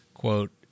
Quote